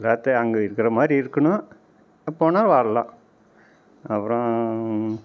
எல்லாத்தையும் அங்கே இருக்கிற மாதிரி இருக்கணும் எப்போ வேணாலும் வரலாம் அப்புறம்